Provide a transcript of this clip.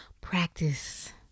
practice